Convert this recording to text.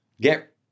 get